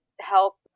help